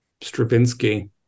Stravinsky